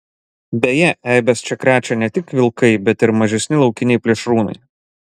beje eibes čia krečia ne tik vilkai bet ir mažesni laukiniai plėšrūnai